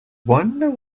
wonder